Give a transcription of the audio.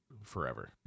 forever